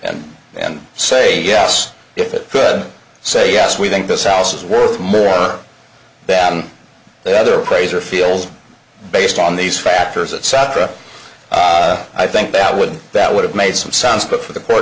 and and say yes if it could say yes we think this house is worth more than the other appraiser feels based on these factors that south korea i think that would that would have made some sounds but for the